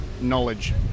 knowledge